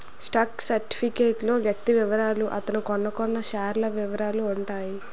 stock certificate లో వ్యక్తి వివరాలు అతను కొన్నకొన్న షేర్ల వివరాలు ఉంటాయి